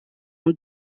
ont